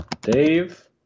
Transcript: Dave